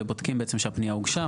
ובודקים בעצם שהפנייה הוגשה,